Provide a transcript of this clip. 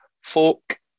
folk